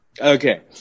Okay